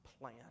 plan